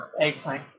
Eggplant